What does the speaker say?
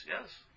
Yes